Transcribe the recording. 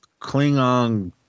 Klingon